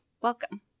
Welcome